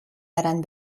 daran